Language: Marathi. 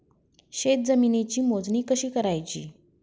शेत जमिनीची मोजणी कशी करायची?